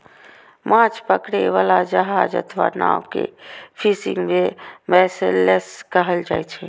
माछ पकड़ै बला जहाज अथवा नाव कें फिशिंग वैसेल्स कहल जाइ छै